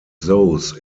those